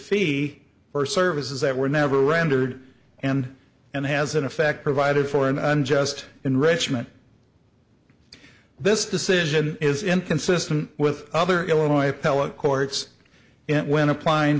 fee for services that were never rendered and and has in effect provided for an unjust enrichment this decision is inconsistent with other illinois appellate courts when applying